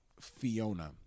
Fiona